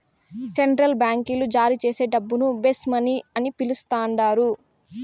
central బాంకీలు జారీచేసే డబ్బును బేస్ మనీ అని పిలస్తండారు